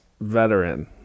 veteran